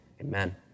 Amen